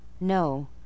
No